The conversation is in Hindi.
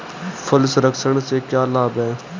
फल संरक्षण से क्या लाभ है?